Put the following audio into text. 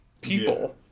people